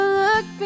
look